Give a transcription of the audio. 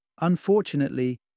Unfortunately